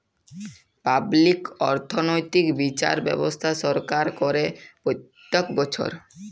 public অর্থনৈতিক্যে বিচার ব্যবস্থা সরকার করে প্রত্যক বচ্ছর